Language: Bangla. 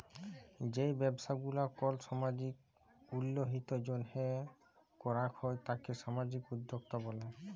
যেই ব্যবসা গুলা কল সামাজিক উল্যতির জন্হে করাক হ্যয় তাকে সামাজিক উদ্যক্তা ব্যলে